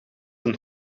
een